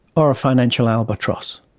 or a financial albatross?